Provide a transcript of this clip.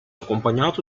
accompagnato